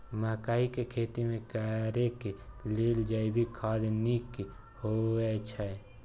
मकई के खेती करेक लेल जैविक खाद नीक होयछै?